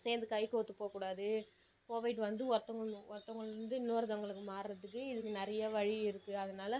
சேர்ந்து கை கோர்த்து போகக்கூடாது கோவிட் வந்து ஒருத்தவங்க ஒருத்தவுங்களேருந்து இன்னொருத்தவங்களுக்கு மாறுறதுக்கு இதுக்கு நிறைய வழி இருக்குது அதனால